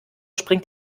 springt